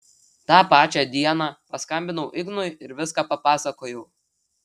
tą pačią dieną paskambinau ignui ir viską papasakojau